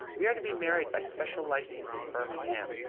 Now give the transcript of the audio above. we are to be married by special licence in birmingham,